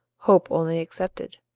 hope only excepted.